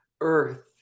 earth